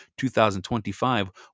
2025